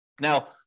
Now